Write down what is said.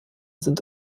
sind